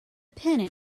pennant